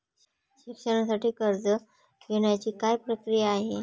शिक्षणासाठी कर्ज घेण्याची काय प्रक्रिया आहे?